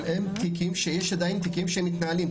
אבל יש עדיין תיקים שמתנהלים.